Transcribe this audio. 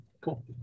cool